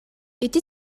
ити